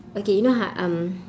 okay you know how h~ um